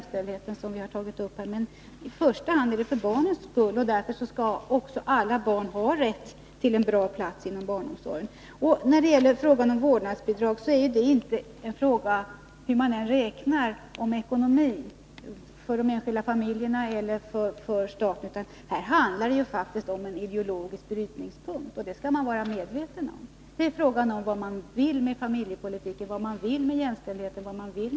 jämställdheten, som vi också har tagit upp. Därför skall alla barn ha rätt till en bra plats inom barnomsorgen. När det gäller vårdnadsbidrag är det inte en fråga om ekonomi för de enskilda familjerna eller för staten. Det handlar faktiskt om en ideologisk brytningspunkt— det skall vi vara medvetna om. Det är fråga om vad man vill med familjepolitiken, med jämställdheten och med barnen.